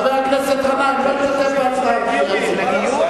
חבר הכנסת גנאים לא משתתף בהצבעה בעניין הזה,